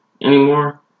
anymore